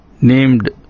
named